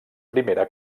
primera